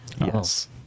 yes